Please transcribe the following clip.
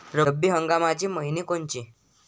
रब्बी हंगामाचे मइने कोनचे?